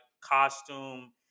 costume